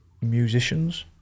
musicians